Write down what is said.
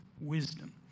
wisdom